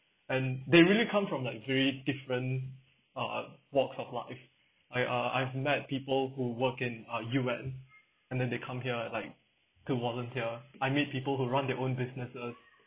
and they really come from like very different uh walks of life I uh I've met people who work in uh U_N and then they come here and like to volunteer I meet people who run their own businesses